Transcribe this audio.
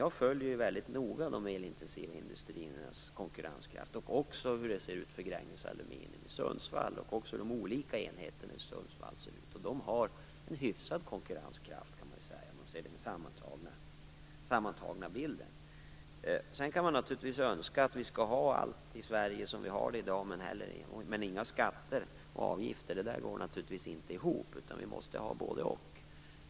Jag följer ju väldigt noga de elintensiva industriernas konkurrenskraft - också hur det ser ut för Gränges Aluminium i Sundsvall och hur de olika enheterna i Sundsvall ser ut. De har en hyfsad konkurrenskraft, kan man säga, om man ser till den sammantagna bilden. Sedan kan man naturligtvis önska att vi skall ha allt i Sverige som vi har i dag, men utan skatter och avgifter. Det går naturligtvis inte ihop. Vi måste ha både och.